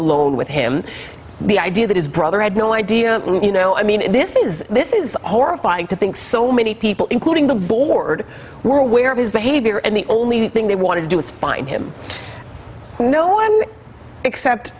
alone with him the idea that his brother had no idea you know i mean this is this is horrifying to think so many people including the board were aware of his behavior and the only thing they want to do is find him no one except